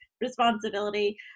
responsibility